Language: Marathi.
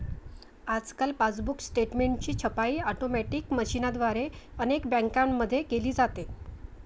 आजकाल पासबुक स्टेटमेंटची छपाई ऑटोमॅटिक मशीनद्वारे अनेक बँकांमध्ये केली जाते